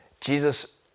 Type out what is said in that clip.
Jesus